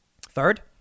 Third